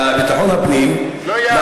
ליהודים מותר